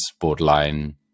borderline